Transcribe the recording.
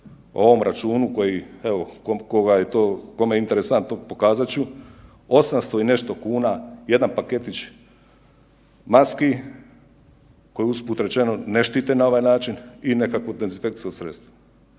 o ovom računu kome je to interesantno pokazat ću, 800 i nešto kuna jedan paketić maski koje uz put rečeno ne štite na ovaj način i nekakvo dezinfekcijsko sredstvo.